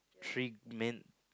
three men